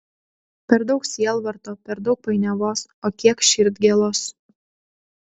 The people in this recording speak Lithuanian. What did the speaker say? per daug sielvarto per daug painiavos o kiek širdgėlos